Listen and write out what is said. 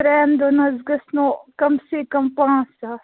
ترٛٮ۪ن دۄہَن حظ گژھنَو کَم سے کَم پانٛژھ ساس